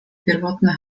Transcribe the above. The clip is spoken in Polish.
pierwotny